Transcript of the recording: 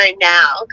now